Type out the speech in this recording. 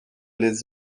les